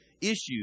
issues